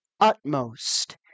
utmost